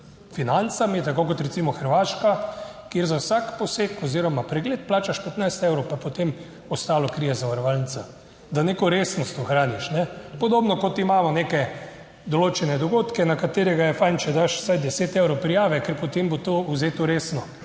financami, tako kot recimo Hrvaška, kjer za vsak poseg oziroma pregled plačaš 15 evrov, pa potem ostalo krije zavarovalnica, da neko resnost ohraniš. Podobno kot imamo neke določene dogodke, na katerega je fajn, če daš vsaj 10 evrov prijave, ker potem bo to vzeto resno.